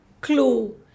clue